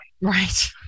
Right